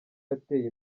yateye